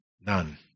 None